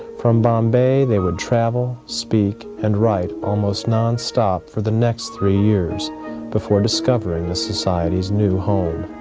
from bombay they would travel, speak, and write almost non-stop for the next three years before discovering the society's new home.